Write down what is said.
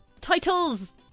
Titles